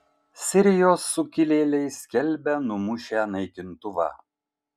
sirijos sukilėliai skelbia numušę naikintuvą